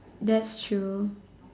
that's true